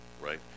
right